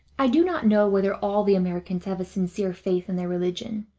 i do not know whether all the americans have a sincere faith in their religion,